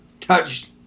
touched